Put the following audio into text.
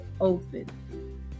open